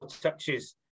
touches